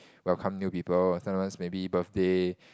welcome new people sometimes maybe birthday